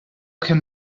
can